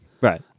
Right